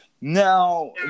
Now